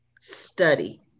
study